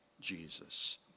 Jesus